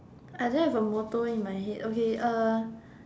I don't have a motto in my head okay uh